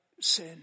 sin